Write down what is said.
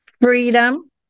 freedom